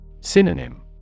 Synonym